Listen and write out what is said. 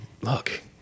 Look